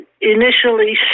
initially